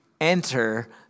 enter